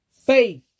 Faith